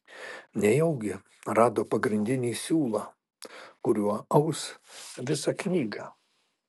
nejaugi rado pagrindinį siūlą kuriuo aus visą knygą